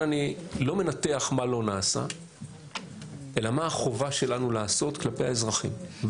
אני לא מנתח מה לא נעשה אלא מה החובה שלנו לעשות כלפי האזרחים.